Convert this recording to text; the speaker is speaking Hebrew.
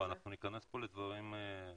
אנחנו ניכנס כאן לדברים שלא